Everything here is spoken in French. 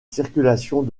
circulations